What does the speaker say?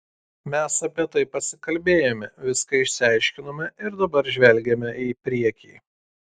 mes apie tai pasikalbėjome viską išsiaiškinome ir dabar žvelgiame į priekį